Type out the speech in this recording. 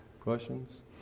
questions